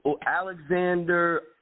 Alexander